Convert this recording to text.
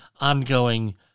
ongoing